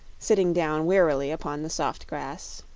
sitting down wearily upon the soft grass.